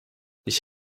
ich